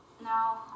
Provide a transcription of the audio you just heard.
No